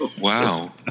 wow